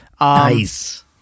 Nice